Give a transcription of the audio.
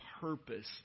purpose